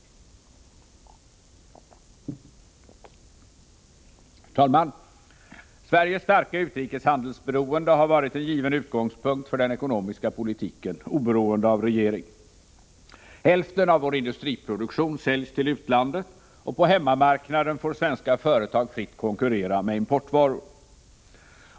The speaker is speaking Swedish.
Herr talman! Sveriges starka utrikeshandelsberoende har varit en given utgångspunkt för den ekonomiska politiken, oberoende av regering. Hälften av vår industriproduktion säljs till utlandet, och på hemmamarknaden får svenska företag fritt konkurrera med importvaror.